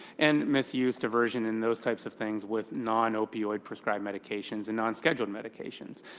and misuse, diversion, and those types of things with non-opioid prescribed medications and nonscheduled medications.